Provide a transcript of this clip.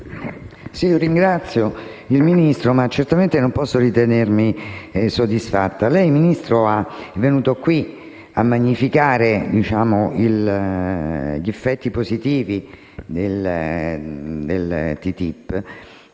Signor Presidente, certamente non posso ritenermi soddisfatta. Lei, Ministro, è venuto qui a magnificare gli effetti positivi del TTIP,